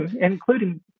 including